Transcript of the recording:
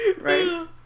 Right